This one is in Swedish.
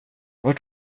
vart